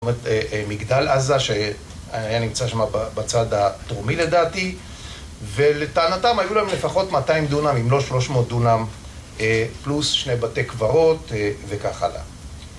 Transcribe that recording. זאת אומרת מגדל עזה שהיה נמצא שם בצד הדרומי לדעתי, ולטענתם היו להם לפחות 200 דונם אם לא 300 דונם פלוס שני בתי קברות וכך הלאה